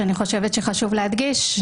שאני חושבת שחשוב להדגיש אותה,